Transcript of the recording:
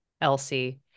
Elsie